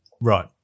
Right